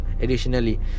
Additionally